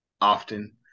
often